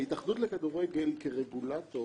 ההתאחדות לכדורגל כרגולטור,